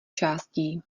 částí